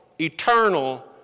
Eternal